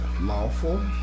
lawful